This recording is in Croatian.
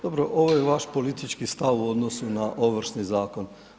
Dobro, ovo je vaš politički stav u odnosu na Ovršni zakon.